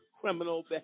criminal